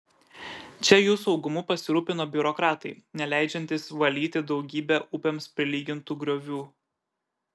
čia jų saugumu pasirūpino biurokratai neleidžiantys valyti daugybę upėms prilygintų griovių